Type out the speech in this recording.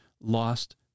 lost